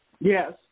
yes